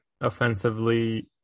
offensively